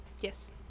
yes